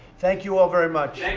thank you all very much.